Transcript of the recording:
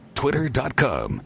twitter.com